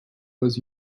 was